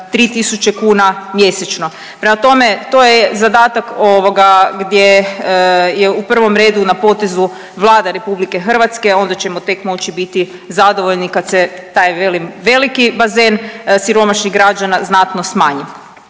kuna mjesečno. Prema tome, to je zadatak ovoga gdje je u prvom redu na potezu Vlada RH, a onda ćemo tek moći biti zadovoljni kad se taj velim veliki bazen siromašnih građana znatno smanji.